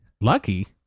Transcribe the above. lucky